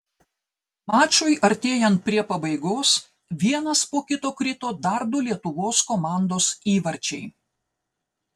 mačui artėjant prie pabaigos vienas po kito krito dar du lietuvos komandos įvarčiai